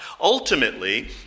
Ultimately